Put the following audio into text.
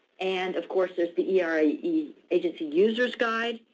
and of course there's the era agency users guide.